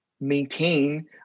maintain